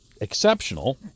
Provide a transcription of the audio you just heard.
exceptional